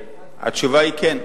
התשובה היא כן.